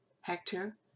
Hector